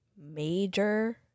major